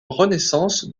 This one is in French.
renaissance